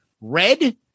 red